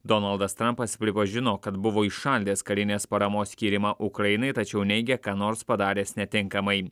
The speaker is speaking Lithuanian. donaldas trampas pripažino kad buvo įšaldęs karinės paramos skyrimą ukrainai tačiau neigė ką nors padaręs netinkamai